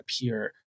appear